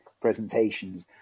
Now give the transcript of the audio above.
presentations